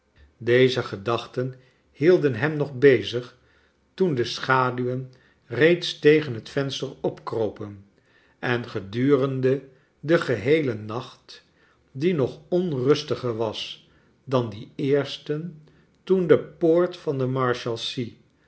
deze gedachten hielden hem nog bezig toen de schaduwen reeds te gen het venster opkropen en gedurende den geheelen nacht die nog onrustiger was dan dien eersten toen de poort van de